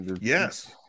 Yes